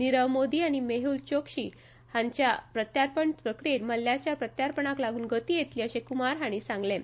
निरव मोदी आनी मेहल चॉक्सी हांच्या प्रत्यार्पण प्रक्रियेंत मल्ल्याच्या प्रत्यार्पणाक लागून गती येतली अशें कूमार हांणी सांगलें